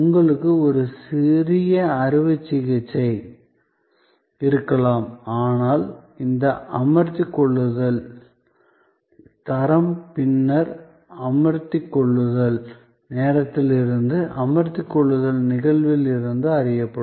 உங்களுக்கு ஒரு சிறிய அறுவை சிகிச்சை இருக்கலாம் ஆனால் இந்த அமர்த்திக் கொள்ளுதல் தரம் பின்னர் அமர்த்திக் கொள்ளுதல் நேரத்தில் இருந்து அமர்த்திக் கொள்ளுதல் நிகழ்வில் இருந்து அறியப்படும்